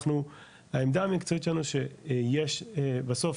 אנחנו העמדה המקצועית שלנו שיש בסוף,